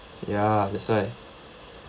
ya that's why